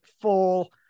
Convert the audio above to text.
full